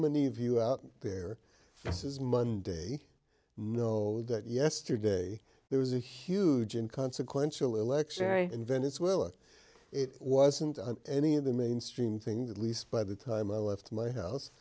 many of you out there this is monday know that yesterday there was a huge in consequential election in venezuela it wasn't on any of the mainstream things at least by the time i left my